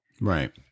Right